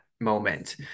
moment